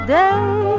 day